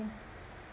I think